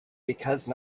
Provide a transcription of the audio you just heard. because